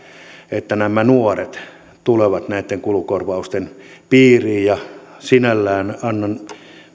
että nämä nuoret tulevat näitten kulukorvausten piiriin ja sinällään annan